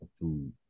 food